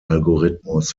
algorithmus